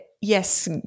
yes